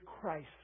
Christ